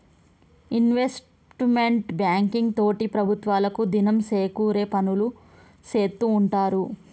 investment banking తోటి ప్రభుత్వాలకు దినం సేకూరే పనులు సేత్తూ ఉంటారు